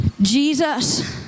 Jesus